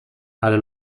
ale